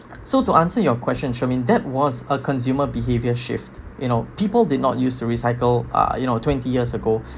so to answer your question charmaine that was a consumer behavior shift you know people did not used to recycle uh you know twenty years ago